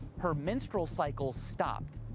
her menstrual cycle stopped,